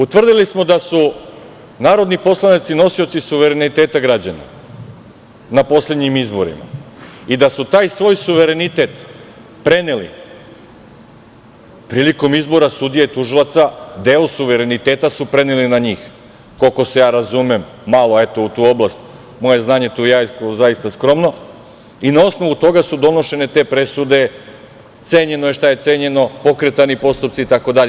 Utvrdili smo da su narodni poslanici nosioci suvereniteta građana na poslednjim izborima i da su taj svoj suverenitet preneli prilikom izbora sudija tužilaca, deo suvereniteta su preneli na njih, koliko se ja razumem malo u tu oblast, moje znanje je tu zaista skromno, i na osnovu toga su donošene te presude, cenjeno je šta je cenjeno, pokretani postupci itd.